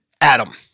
Adam